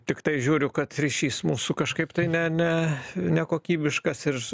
tiktai žiūriu kad ryšys mūsų kažkaip tai ne ne nekokybiškas ir